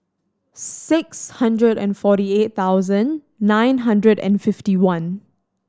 six hundred and forty eight thousand nine hundred and fifty one